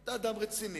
אתה אדם רציני,